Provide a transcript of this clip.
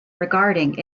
regarding